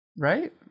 right